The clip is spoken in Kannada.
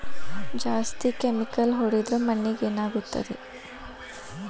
ಜಾಸ್ತಿ ಕೆಮಿಕಲ್ ಹೊಡೆದ್ರ ಮಣ್ಣಿಗೆ ಏನಾಗುತ್ತದೆ?